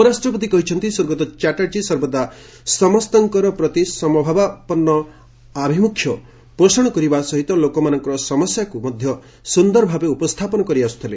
ଉପରାଷ୍ଟ୍ରପତି କହିଛନ୍ତି ସ୍ୱର୍ଗତ ଚାଟ୍ଟାର୍ଜୀ ସର୍ବଦା ସମସ୍ତଙ୍କ ପ୍ରତି ସମମନୋଭାବାପନ୍ଧ ଆଭିମୁଖ୍ୟ ପୋଷଣ କରି କରିବା ସହ ଲୋକମାନଙ୍କର ସମସ୍ୟାକୁ ମଧ୍ୟ ସୁନ୍ଦରଭାବେ ଉତ୍ଥାପନ କରିଆସୁଥିଲେ